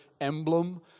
emblem